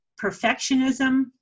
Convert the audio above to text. perfectionism